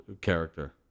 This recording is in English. Character